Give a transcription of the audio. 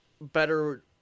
better